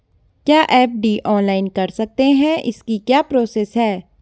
क्या FD online कर सकते हैं इसकी क्या प्रोसेस है?